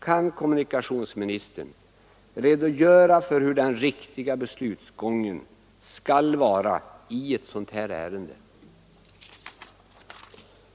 Kan kommunikationsministern redogöra för den riktiga beslutsgången i ett sådant här ärende?